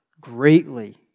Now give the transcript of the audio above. greatly